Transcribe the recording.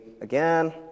again